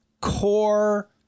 core